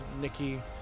Nikki